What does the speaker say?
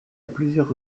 plusieurs